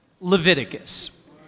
Leviticus